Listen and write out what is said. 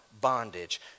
bondage